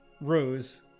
Rose